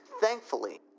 Thankfully